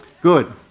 Good